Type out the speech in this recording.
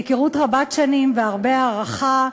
היכרות רבת שנים והרבה הערכה,